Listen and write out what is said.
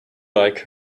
like